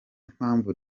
mpamvu